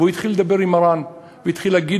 והוא התחיל לדבר עם מרן והתחיל להגיד